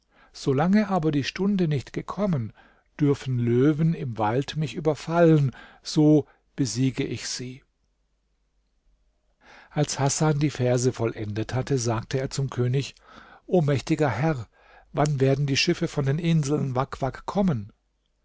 solange aber die stunde nicht gekommen dürfen löwen im wald mich überfallen so besiege ich sie als hasan die verse vollendet hatte sagte er zum könig o mächtiger herr wann werden die schiffe von den inseln wak wak kommen